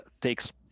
takes